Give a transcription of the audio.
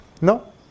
No